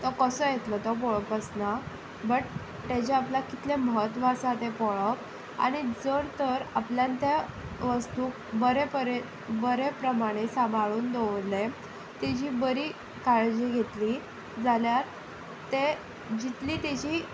तो कसो येतलो तो पळोवप आसना बट ताचें आपल्या कितलें महत्व आसा तें पळोवप आनी जर तर आपल्यान त्या वस्तूक बरें परे बरे प्रमाणे सांबाळून दवरले ताची बरी काळजी घेतली जाल्यार ते जितली ताची